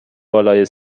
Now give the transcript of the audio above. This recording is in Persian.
بالای